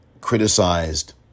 criticized